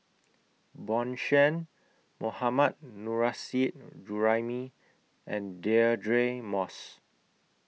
Bjorn Shen Mohammad Nurrasyid Juraimi and Deirdre Moss